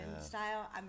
style